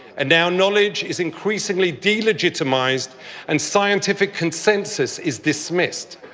and now knowledge is increasingly delegitimized and scientific consensus is dismissed.